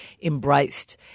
embraced